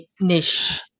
niche